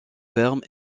fermes